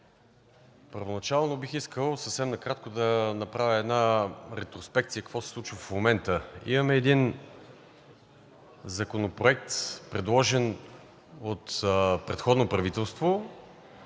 Първоначално бих искал съвсем накратко да направя една ретроспекция какво се случва в момента. Имаме Законопроект, предложен от предходно правителство,